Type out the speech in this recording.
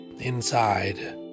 inside